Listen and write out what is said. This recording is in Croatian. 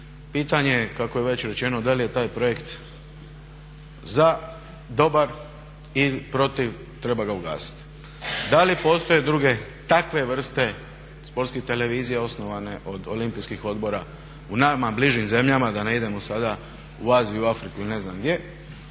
Pitanje kako je već rečeno da li je taj projekt za dobar ili protiv treba ga ugasiti? Da li postoje druge takve vrste Sportskih televizija osnovane od olimpijskih odbora u nama bližim zemljama da ne idemo sada u Aziju, Afriku ili ne znam gdje